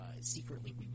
secretly